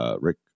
Rick